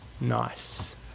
Nice